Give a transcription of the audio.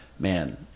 Man